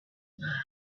loved